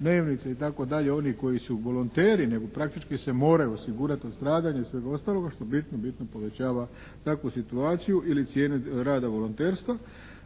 dnevnice itd. onih koji su volonteri nego praktički se moraju osigurati od stradanja i svega ostaloga što bitno povećava takvu situaciju ili cijene rada volonterstva